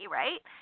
right